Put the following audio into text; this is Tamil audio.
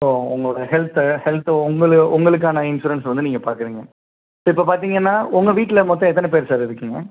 ஓ உங்களோடய ஹெல்த்து ஹெல்த்து உங்களு உங்களுக்கான இன்ஷுரன்ஸ் வந்து நீங்கள் பார்க்குறீங்க சார் இப்போ பார்த்தீங்கனா உங்கள் வீட்டில் மொத்தம் எத்தனை பேரு சார் இருக்கீங்கள்